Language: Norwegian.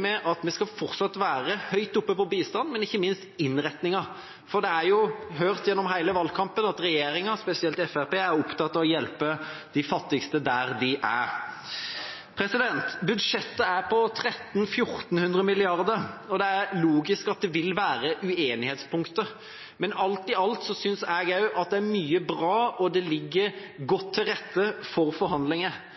med at vi fortsatt skal være høyt oppe på bistand, men ikke minst innretningen. For det er jo hørt gjennom hele valgkampen at regjeringa, spesielt Fremskrittspartiet, er opptatt av å hjelpe de fattigste der de er. Budsjettet er på 1 300–1 400 mrd. kr, og det er logisk at det vil være uenighetspunkter. Men alt i alt synes jeg også at det er mye bra, og det ligger godt til rette for forhandlinger.